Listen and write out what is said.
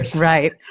Right